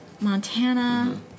Montana